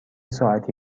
ساعتی